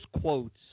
quotes